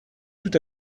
tout